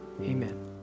amen